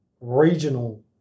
regional